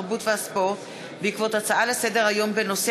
התרבות והספורט בעקבות דיון בהצעות לסדר-היום של